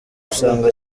gusenga